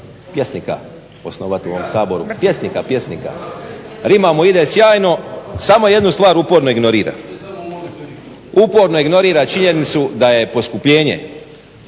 pjesnika osnovati u ovom Saboru, pjesnika, pjesnika. Rima mu ide sjajno, samo jednu stvar uporno ignorira. Uporno ignorira činjenicu da je poskupljenje